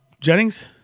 Jennings